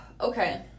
okay